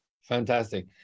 Fantastic